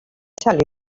tell